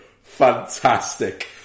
Fantastic